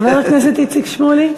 חבר הכנסת איציק שמולי.